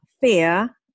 fear